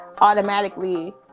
automatically